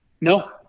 No